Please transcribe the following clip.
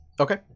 Okay